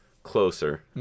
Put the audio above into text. closer